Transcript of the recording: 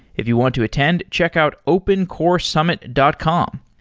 if you want to attend, check out opencoresummit dot com.